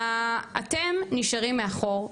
אתם נשארים מאחור.